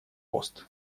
пост